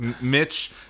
Mitch